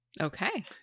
Okay